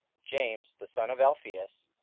james the son of alphaeus,